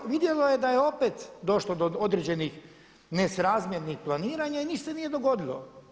Vidjelo je da je opet došlo do određenih nesrazmjernih planiranja i ništa se nije dogodilo.